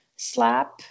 slap